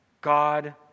God